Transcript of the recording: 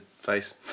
face